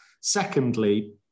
Secondly